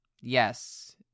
Yes